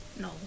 No